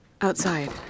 outside